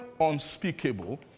unspeakable